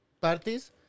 parties